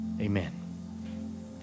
Amen